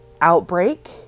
outbreak